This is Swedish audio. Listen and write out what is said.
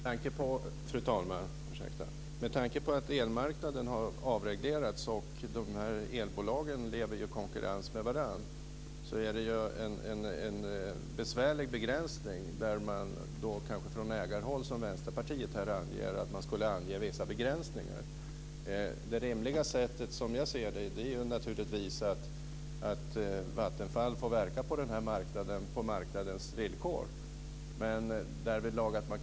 Fru talman! Med tanke på att elmarknaden har avreglerats och på att elbolagen lever i konkurrens med varandra är det en besvärlig begränsning när man från ägarhåll - som Vänsterpartiet vill - anger vissa begränsningar. Det rimliga vore naturligtvis att Vattenfall fick verka på marknaden på marknadens villkor.